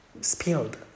spilled